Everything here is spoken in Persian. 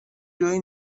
جای